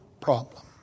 problem